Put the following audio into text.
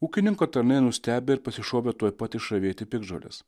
ūkininko tarnai nustebę ir pasišovė tuoj pat išravėti piktžoles